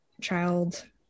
child